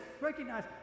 recognize